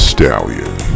Stallion